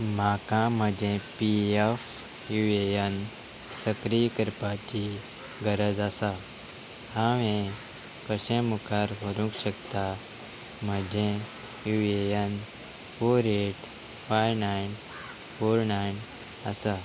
म्हाका म्हजें P F U A N सक्रीय करपाची गरज आसा हांव हे कशें मुखार व्हरूंक शकता म्हजें U N four eight five nine four nine आसा